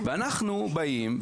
ואנחנו באים,